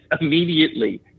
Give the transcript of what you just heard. immediately